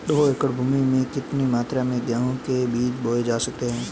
दो एकड़ भूमि में कितनी मात्रा में गेहूँ के बीज बोये जा सकते हैं?